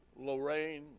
Lorraine